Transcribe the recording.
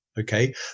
Okay